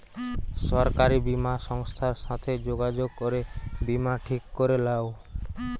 সরকারি বীমা সংস্থার সাথে যোগাযোগ করে বীমা ঠিক করে লাও